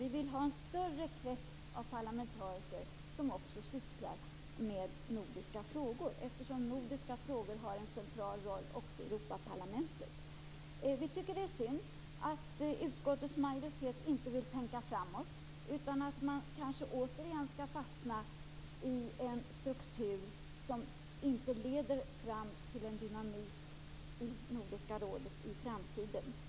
Vi vill ha en större krets av parlamentariker som också sysslar med nordiska frågor. Nordiska frågor har en central roll också i Vi tycker att det är synd att utskottets majoritet inte vill tänka framåt, utan att man återigen fastnar i en struktur som inte leder fram till en dynamik i Nordiska rådet i framtiden.